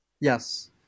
Yes